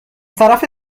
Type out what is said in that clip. طرف